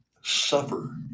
suffer